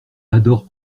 adore